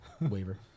Waiver